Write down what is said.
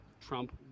trump